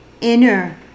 Inner